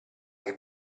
che